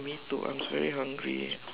me too I'm very hungry